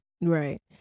Right